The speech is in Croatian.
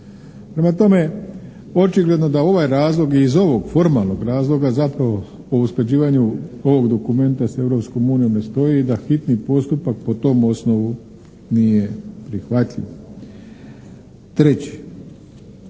Prema tome, očigledno da ovaj razlog i iz ovog formalnog razloga zapravo u usklađivanju ovog dokumenta sa Europskom unijom ne stoji i da hitni postupak po tom osnovu nije prihvatljiv. Treći,